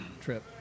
trip